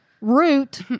Root